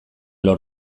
lor